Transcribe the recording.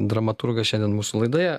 dramaturgas šiandien mūsų laidoje